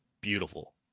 beautiful